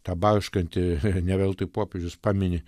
tą barškantį ne veltui popiežius pamini